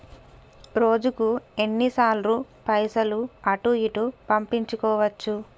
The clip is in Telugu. రోజుకు ఎన్ని సార్లు పైసలు అటూ ఇటూ పంపించుకోవచ్చు?